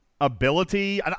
ability